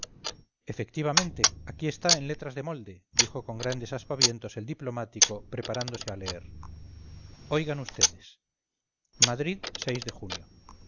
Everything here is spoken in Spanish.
efectivamente aquí está en letras de molde dijo con grandes aspavientos el diplomático preparándose a leer oigan vds madrid de junio